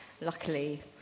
luckily